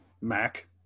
Mac